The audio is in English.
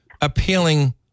appealing